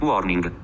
Warning